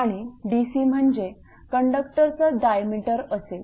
आणि dc म्हणजे कंडक्टरचा डायमीटर असेल